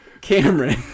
cameron